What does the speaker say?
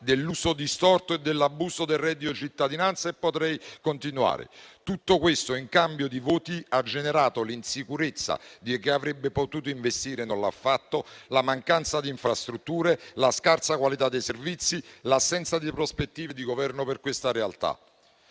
dell'uso distorto e dell'abuso del reddito di cittadinanza. Tutto questo, in cambio di voti, ha generato l'insicurezza di chi avrebbe potuto investire e non l'ha fatto, la mancanza di infrastrutture, la scarsa qualità dei servizi, l'assenza di prospettive di Governo per questa realtà.